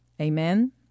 Amen